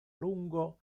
lungo